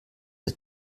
der